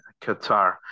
qatar